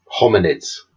hominids